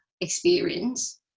experience